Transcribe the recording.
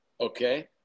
Okay